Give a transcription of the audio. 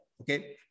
okay